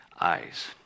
eyes